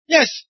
Yes